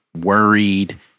worried